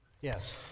Yes